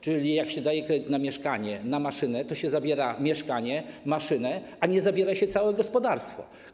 Czyli jak się daje kredyt na mieszkanie, na maszynę, to się zabiera mieszkanie, maszynę, a nie zabiera się całego gospodarstwa.